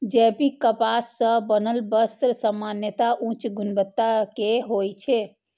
जैविक कपास सं बनल वस्त्र सामान्यतः उच्च गुणवत्ता के होइ छै